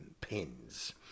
pins